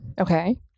Okay